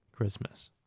christmas